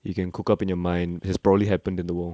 you can cook up in your mind has probably happened in the world